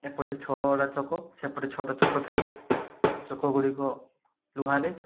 ଏପଟେ ଛଅଟା ଚକ ସେପଟେ ଛଅଟା ଚକ ଥାଏ ସେ ଚକଗୁଡ଼ିକ ଲୁହାରେ